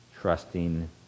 trusting